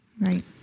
Right